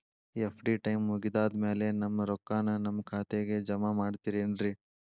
FD time ಮುಗಿದಾದ್ ಮ್ಯಾಲೆ ನಮ್ ರೊಕ್ಕಾನ ನಮ್ ಖಾತೆಗೆ ಜಮಾ ಮಾಡ್ತೇರೆನ್ರಿ?